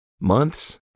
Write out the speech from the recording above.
months